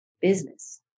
business